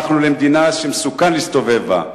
הפכנו למדינה שמסוכן להסתובב בה,